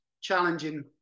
challenging